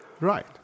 Right